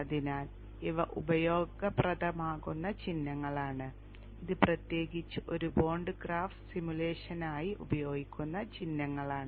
അതിനാൽ ഇവ ഉപയോഗപ്രദമാകുന്ന ചിഹ്നങ്ങളാണ് ഇത് പ്രത്യേകിച്ച് ഒരു ബോണ്ട് ഗ്രാഫ് സിമുലേഷനായി ഉപയോഗിക്കുന്ന ചിഹ്നങ്ങളാണ്